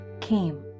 came